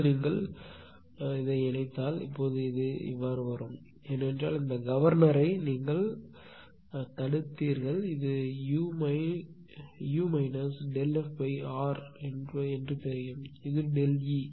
இப்போது நீங்கள் இணைத்தால் இப்போது இது இப்படி இருக்கும் ஏனென்றால் இந்த கவர்னரை நீங்கள் தடுத்தீர்கள் இது U Δfஆர் உங்களுக்குத் தெரியும் இது ΔE